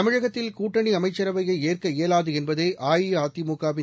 தமிழகத்தில் கூட்டணி அமைச்சரவையை ஏற்க இயலாது என்பதே அ இ அ தி மு க வின்